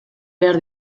behar